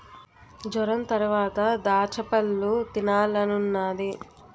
జొరంతరవాత దాచ్చపళ్ళు తినాలనున్నాది